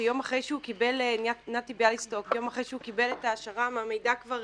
שיום אחרי שהוא קיבל את השר"מ המידע כבר